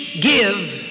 give